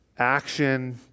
Action